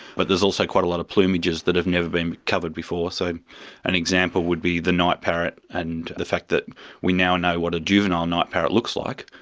but there's also quite a lot of plumages that have never been covered before. so an example would be the night parrot and the fact that we now know what a juvenile night parrot looks like,